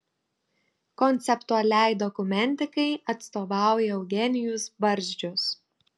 konceptualiai dokumentikai atstovauja eugenijus barzdžius